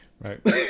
Right